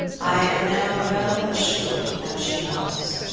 i am now well assured that she was.